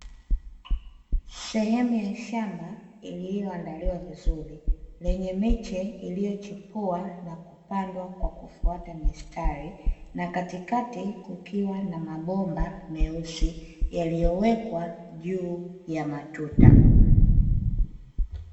Sehemu ya shamba iliyoandaliwa vizuri, lenye miche iliyochipua na kupandwa kwa kufuata mistari, na katikati kukiwa na mabomba meusi yaliyowekwa juu ya matuta.